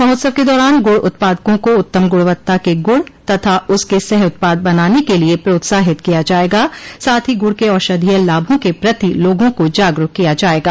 महोत्सव के दौरान गुड़ उत्पादकों को उत्तम गुणवत्ता के गुड़ तथा उसके सह उत्पाद बनाने के लिये प्रोत्साहित किया जायेगा साथ ही गुड़ के औषधीय लाभों के प्रति लोगों को जागरूक किया जायेगा